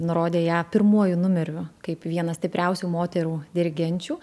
nurodė ją pirmuoju numeriu kaip vieną stipriausių moterų dirigenčių